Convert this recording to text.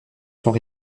sont